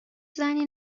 زنی